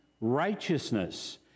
righteousness